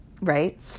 right